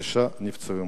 חמישה נפצעו,